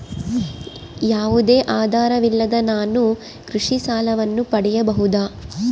ಯಾವುದೇ ಆಧಾರವಿಲ್ಲದೆ ನಾನು ಕೃಷಿ ಸಾಲವನ್ನು ಪಡೆಯಬಹುದಾ?